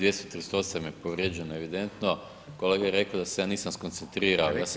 238. je povrijeđen evidentno, kolega je rekao da se ja nisam skoncentrirao, ja sam…